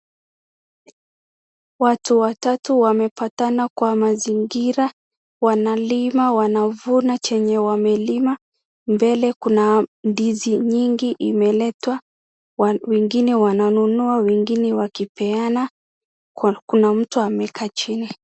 Watu watatu wamepatana kwa mazingira, wanalima, wanavuna chenye wamelima. Mbele kuna ndizi nyingi imeletwa, wengine wananunua wengine wakipeana. Kuna mtu amekaa chini.